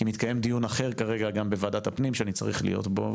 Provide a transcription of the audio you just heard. כי מתקיים דיון אחר כרגע גם בוועדת הפנים שאני צריך להית בו,